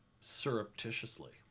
Surreptitiously